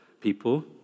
people